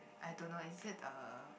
I don't know is it a